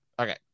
okay